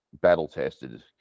battle-tested